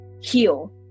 heal